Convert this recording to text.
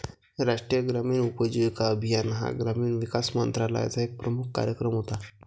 राष्ट्रीय ग्रामीण उपजीविका अभियान हा ग्रामीण विकास मंत्रालयाचा एक प्रमुख कार्यक्रम होता